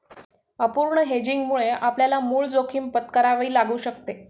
अपूर्ण हेजिंगमुळे आपल्याला मूळ जोखीम पत्करावी लागू शकते